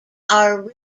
are